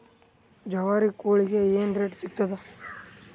ಜವಾರಿ ಕೋಳಿಗಿ ಏನ್ ರೇಟ್ ಸಿಗ್ತದ?